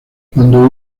cuando